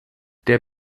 der